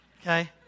Okay